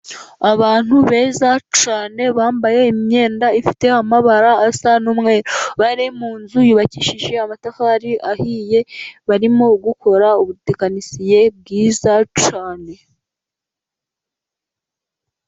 Abantu beza cyane bambaye imyenda ifite amabara asa n'umweru, bari mu nzu yubakishije amatafari ahiye, barimo gukora ubutekinisiye bwiza cyane.